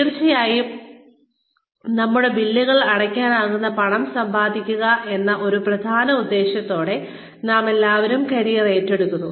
തീർച്ചയായും നമ്മളുടെ ബില്ലുകൾ അടയ്ക്കാനാകുന്ന പണം സമ്പാദിക്കുക എന്ന ഒരു പ്രധാന ഉദ്ദേശ്യത്തോടെ നാമെല്ലാവരും കരിയർ ഏറ്റെടുക്കുന്നു